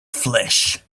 flesh